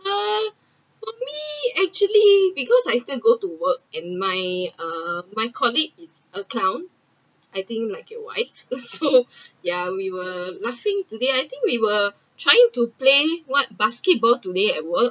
uh for me actually because I still go to work and my uh my colleague is account I think like your wife so ya we were laughing today I think we were trying to plan what basketball today at work